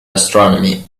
astronomy